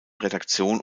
redaktion